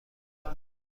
کنم